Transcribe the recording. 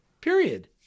period